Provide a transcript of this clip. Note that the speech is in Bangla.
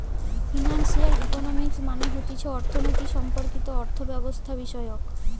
ফিনান্সিয়াল ইকোনমিক্স মানে হতিছে অর্থনীতি সম্পর্কিত অর্থব্যবস্থাবিষয়ক